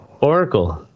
Oracle